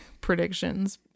predictions